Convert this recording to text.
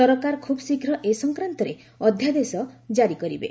ସରକାର ଖୁବ୍ ଶୀଘ୍ର ଏ ସଂକ୍ରାନ୍ତରେ ଅଧ୍ୟାଦେଶ ଜାରି କରିବେ